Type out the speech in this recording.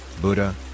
Buddha